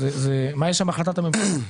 מה יש בהחלטת הממשלה?